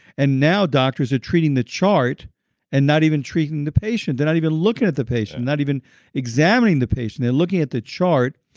and now doctors are treating the chart and not even treating the patient. they're not even looking at the patient, not even examining the patient. they're looking at the chart,